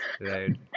Right